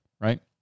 Right